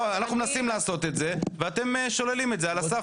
אנחנו מנסים לעשות את זה ואתם שוללים את זה על הסף.